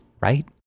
right